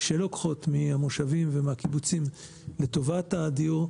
שלקוחות מהמושבים ומהקיבוצים לטובת הדיור,